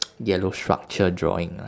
yellow structure drawing lah